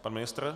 Pan ministr?